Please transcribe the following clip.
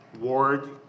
ward